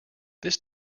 this